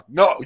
no